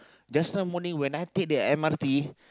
just now morning when I take the M_R_T